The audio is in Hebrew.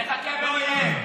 נחכה ונראה.